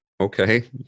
Okay